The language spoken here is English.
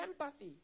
empathy